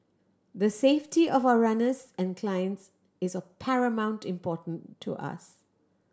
the safety of our runners and clients is of paramount importance to us